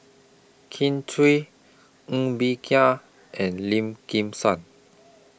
Kin Chui Ng Bee Kia and Lim Kim San